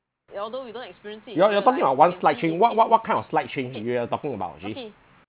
you are you are talking about one slight change what what what kind of slight change you have talking about actually